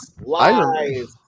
lies